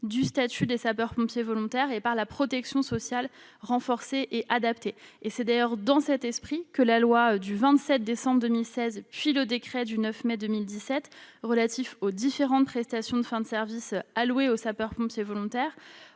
du statut des sapeurs-pompiers volontaires et par une protection sociale renforcée et adaptée. C'est dans cet esprit que la loi du 27 décembre 2016 précitée et le décret du 9 mai 2017 relatif aux différentes prestations de fin de service allouées aux sapeurs-pompiers volontaires